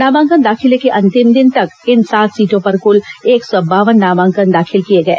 नामांकन दाखिले के अंतिम दिन तक इन सात सीटों पर कुल एक सौ बावन नामांकन दाखिल किए गए